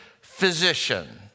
physician